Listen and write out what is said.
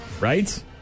Right